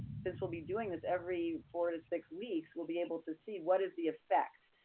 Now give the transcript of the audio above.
since we'll be doing this every four to six weeks, we'll be able to see what is the effect,